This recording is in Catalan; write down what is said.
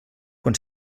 quan